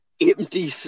empty